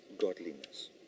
godliness